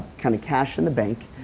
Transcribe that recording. kind of cash in the bank,